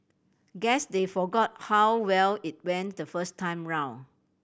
guess they forgot how well it went the first time round